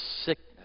sickness